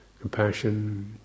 Compassion